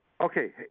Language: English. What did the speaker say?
Okay